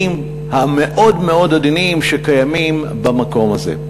המאוד מאוד עדינים שקיימים במקום הזה.